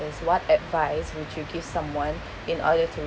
is what advice would you give someone in order to